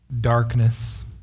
darkness